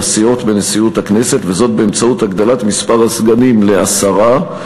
הסיעות בנשיאות הכנסת באמצעות הגדלת מספר הסגנים לעשרה.